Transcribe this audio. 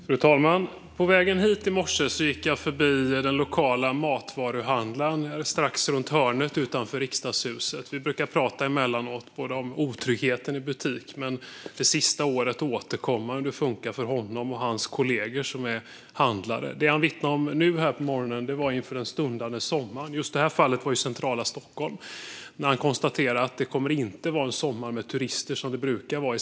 Fru talman! På vägen hit i morse gick jag förbi den lokala matvaruhandlaren runt hörnet utanför Riksdagshuset. Vi brukar prata emellanåt om otryggheten i butik men under det sista året också återkommande om hur det funkar för honom och hans kollegor som är handlare. Det han vittnade om nu på morgonen handlade om den stundande sommaren. Just i det här fallet handlar det om centrala Stockholm, och han konstaterade att det inte kommer att vara en sommar med turister som det brukar vara.